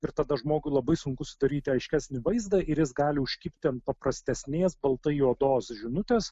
ir tada žmogui labai sunkus turėti aiškesnį vaizdą ir jis gali užkibti ant paprastesnės baltai juodos žinutės